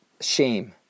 shame